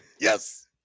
yes